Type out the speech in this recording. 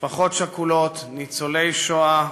משפחות שכולות, ניצולי השואה,